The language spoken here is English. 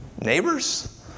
neighbors